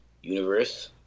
universe